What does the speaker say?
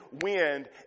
wind